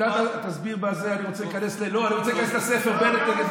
רוצה רק לעשות סדר.